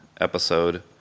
episode